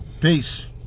Peace